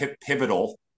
pivotal